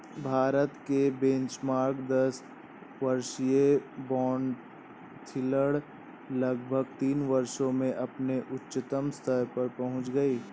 भारत की बेंचमार्क दस वर्षीय बॉन्ड यील्ड लगभग तीन वर्षों में अपने उच्चतम स्तर पर पहुंच गई